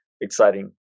exciting